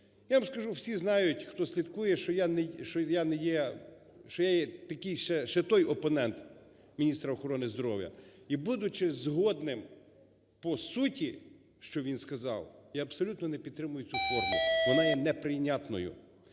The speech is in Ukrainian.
Я вам скажу, всі знають, хто слідкує, що я не є… що я є такий… ще той опонент міністра охорони здоров'я. І будучи згодним по суті, що він сказав, я абсолютно не підтримую цю форму, вона є неприйнятною.